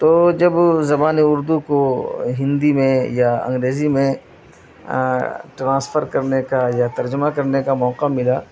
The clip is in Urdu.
تو جب زبانیں اردو کو ہندی میں یا انگریزی میں ٹرانسفر کرنے کا یا ترجمہ کرنے کا موقع ملا